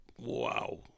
wow